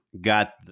got